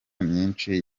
myinshi